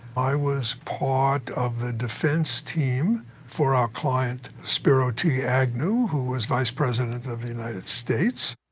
i was part of the defense team for our client spiro t. agnew who was vice president of the united states